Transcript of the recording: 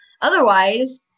otherwise